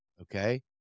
Okay